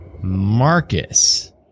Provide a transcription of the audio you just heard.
Marcus